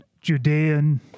Judean